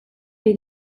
ari